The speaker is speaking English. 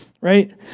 Right